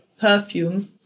perfume